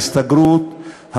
ההסתגרות,